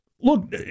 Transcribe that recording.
Look